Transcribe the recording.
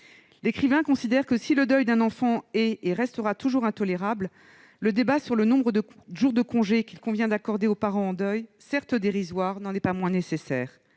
L'écrivain considère que, si le « deuil d'un enfant est et restera toujours intolérable », le débat sur le nombre de jours de congé qu'il convient d'accorder aux parents en deuil, certes dérisoire, n'en est pas moins nécessaire.